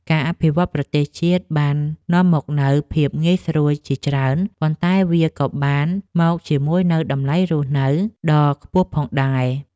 ការអភិវឌ្ឍប្រទេសជាតិបាននាំមកនូវភាពងាយស្រួលជាច្រើន ប៉ុន្តែវាក៏មកជាមួយនូវតម្លៃរស់នៅដ៏ខ្ពស់ផងដែរ។